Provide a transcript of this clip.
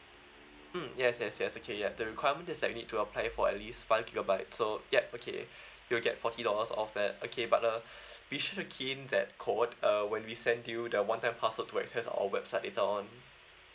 mm yes yes yes okay ya the requirement does need to apply for at least five gigabyte so ya okay you'll get forty dollars off that okay but uh be sure to key in that code uh when we send you to the one-time password to access our website later on